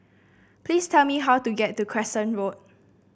please tell me how to get to Crescent Road